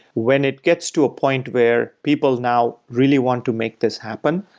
when it gets to a point where people now really want to make this happen,